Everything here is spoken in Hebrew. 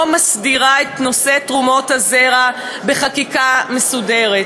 הסדירו את נושא תרומות הזרע בחקיקה מסודרת,